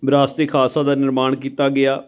ਵਿਰਾਸਤ ਏ ਖਾਲਸਾ ਦਾ ਨਿਰਮਾਣ ਕੀਤਾ ਗਿਆ